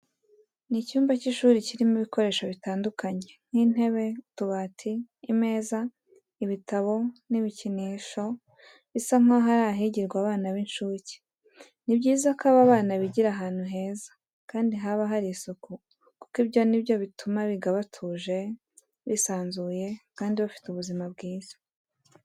Ni icyumba cy'ishuri kirimo ibikoresho bitandukanye nk'intebe, utubati, imeza, ibitabo n'ibikinisho, bisa nkaho ari ahigirwa n'abana b'incuke. Ni byiza ko aba bana bigira ahantu heza kandi haba hari isuku kuko ibyo ni byo bituma biga batuje, bisanzuye kandi bafite ubuzima bwiza.